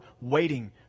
waiting